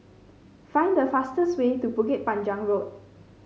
find the fastest way to Bukit Panjang Road